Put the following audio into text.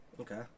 Okay